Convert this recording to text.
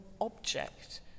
object